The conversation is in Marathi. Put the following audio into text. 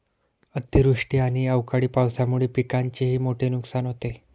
अतिवृष्टी आणि अवकाळी पावसामुळे पिकांचेही मोठे नुकसान होते